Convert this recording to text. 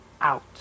out